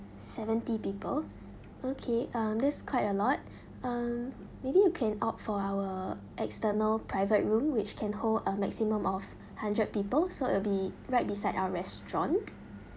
seventy people okay um that's quite a lot um maybe you can opt for our external private room which can hold a maximum of hundred people so it'll be right beside our restaurant